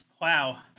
wow